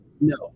No